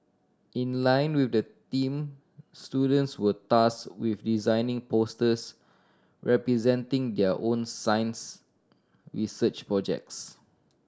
in line with the theme students were tasked with designing posters representing their own science research projects